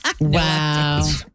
Wow